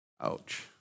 Ouch